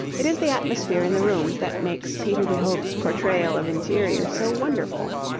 it is the atmosphere in the rooms that makes peter de hoogh's portrayal of interiors so wonderful.